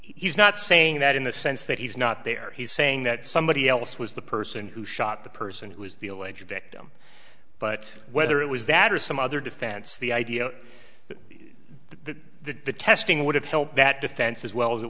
he's not saying that in the sense that he's not there he's saying that somebody else was the person who shot the person who was the alleged victim but whether it was that or some other defense the idea that the testing would have helped that defense as well as it